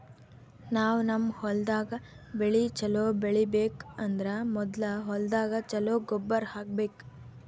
ನಾವ್ ನಮ್ ಹೊಲ್ದಾಗ್ ಬೆಳಿ ಛಲೋ ಬೆಳಿಬೇಕ್ ಅಂದ್ರ ಮೊದ್ಲ ಹೊಲ್ದಾಗ ಛಲೋ ಗೊಬ್ಬರ್ ಹಾಕ್ಬೇಕ್